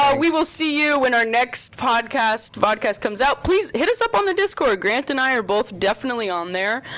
we will see you when our next podcast, vodcast comes out. please, hit us up on the discord. grant and i are both definitely on there.